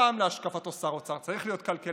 פעם להשקפתו שר אוצר צריך להיות כלכלן,